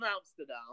Amsterdam